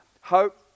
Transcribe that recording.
hope